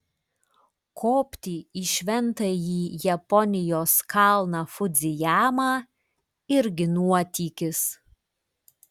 kopti į šventąjį japonijos kalną fudzijamą irgi nuotykis